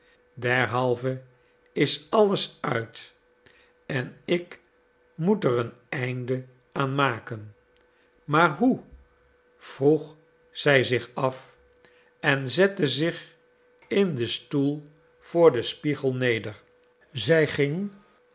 derhalve is alles uit en ik moet er een einde aan maken maar hoe vroeg zij zich af en zette zich in den stoel voor den spiegel neder zij ging